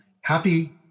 happy